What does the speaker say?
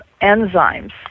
enzymes